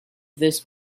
this